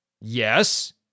Yes